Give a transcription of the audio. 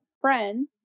Friend